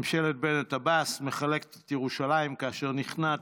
ממשלת בנט-עבאס מחלקת את ירושלים כאשר היא נכנעת